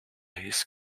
his